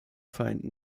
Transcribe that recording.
vereinten